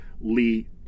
Lee